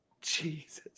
Jesus